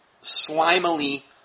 slimily